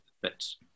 fits